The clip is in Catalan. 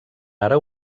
ara